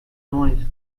noise